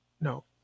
No